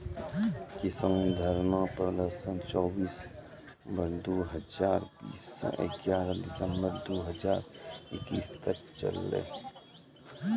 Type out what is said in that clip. किसान धरना प्रदर्शन चौबीस नवंबर दु हजार बीस स ग्यारह दिसंबर दू हजार इक्कीस तक चललै